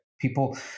People